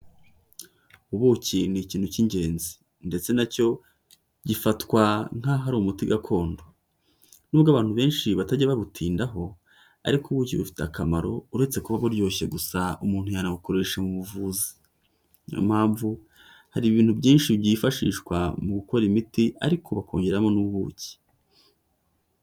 Ubuki ni ikintu cy'ingenzi, ndetse na cyo gifatwa nkaho ari umuti gakondo. N'ubwo abantu benshi batajya babutindaho, ariko ubuki bufite akamaro uretse kuba buryoshye gusa umuntu yanabukoresha mu buvuzi. Ni yo mpamvu hari ibintu byinshi byifashishwa mu gukora imiti, ariko bakongeramo n'ubuki.